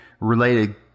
related